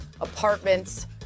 apartments